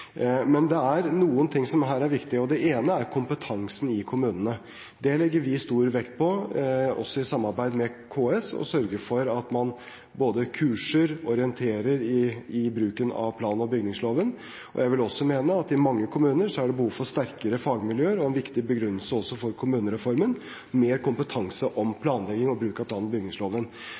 Men det er noe som her er viktig, og det ene er kompetansen i kommunene. Det legger vi stor vekt på, og i samarbeid med KS sørger man for både kurs og orientering i bruken av plan- og bygningsloven. Jeg mener at det i mange kommuner er behov for sterkere fagmiljøer og en viktig begrunnelse også for kommunereformen, mer kompetanse om planlegging og bruk av plan- og bygningsloven.